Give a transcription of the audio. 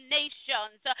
nations